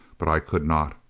but i could not.